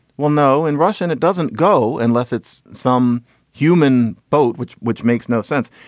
we'll know in russian. it doesn't go unless it's some human boat, which. which makes no sense.